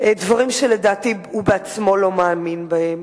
דברים שלדעתי הוא בעצמו לא מאמין בהם,